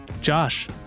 josh